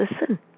listen